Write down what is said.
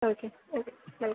okay okay welcome